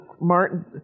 Martin